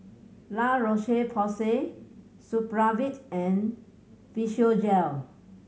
La Roche Porsay Supravit and Physiogel